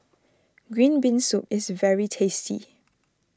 Green Bean Soup is very tasty